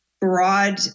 broad